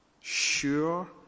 sure